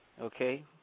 okay